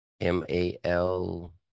M-A-L